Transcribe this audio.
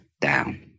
down